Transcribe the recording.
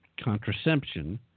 contraception